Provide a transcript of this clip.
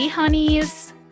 honeys